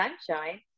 sunshine